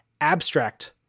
abstract